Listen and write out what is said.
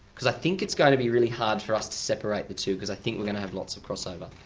because i think it's going to be really hard for us to separate the two, because i think we're going to have lots of crossover.